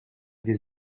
des